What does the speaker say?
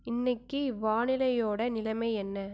இன்றைக்கி வானிலையோடய நிலைமை என்ன